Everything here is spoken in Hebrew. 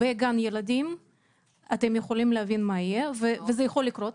אתם יכולים להבין מה יקרה וזה יכול לקרות.